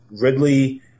Ridley